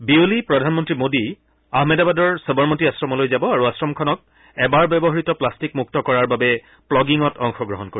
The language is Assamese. বিয়লি প্ৰধানমন্ত্ৰী মোডী আহমেদাবাদৰ সৱৰমতী আশ্ৰমলৈ যাব আৰু আশ্ৰমখনক এবাৰ ব্যৱহাত প্লাট্টিকমুক্ত কৰাৰ বাবে প্লগিঙত অংশগ্ৰহণ কৰিব